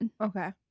okay